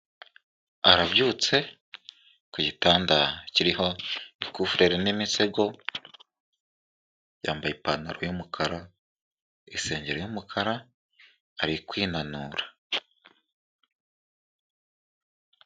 Arabyutse ku gitanda kiriho agakuvureri n'imisego, yambaye ipantaro y'umukara isengeri y'umukara ari kwinanura.